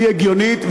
היא הגיונית,